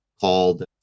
called